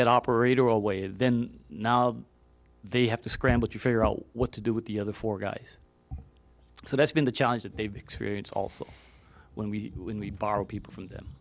that operator away then now they have to scramble to figure out what to do with the other four guys so that's been the challenge that they've experience also when we borrow people from them